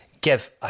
give